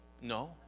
No